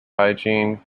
hygiene